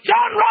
John